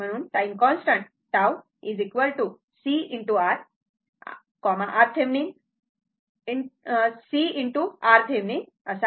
म्हणून time constant tau C R RThevenin C RThevenin